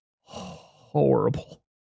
horrible